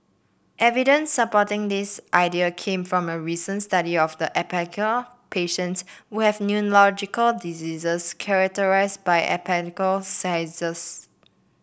evidence supporting this idea came from a recent study of epileptic patients who have neurological diseases characterised by epileptic seizures